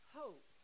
hope